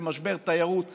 במשבר תיירות ענק,